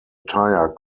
tire